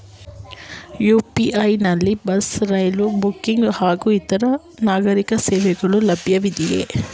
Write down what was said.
UPI ನಲ್ಲಿ bus, railway booking ಹಾಗೂ ಇತರೆ ನಾಗರೀಕ ಸೇವೆಗಳು ಲಭ್ಯವಿದೆಯೇ?